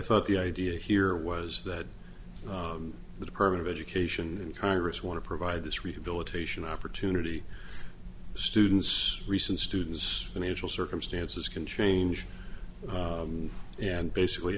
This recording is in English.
thought the idea here was that the department of education the congress want to provide this rehabilitation opportunity students recent students financial circumstances can change and basically